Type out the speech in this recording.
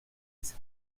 his